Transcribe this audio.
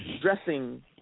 dressing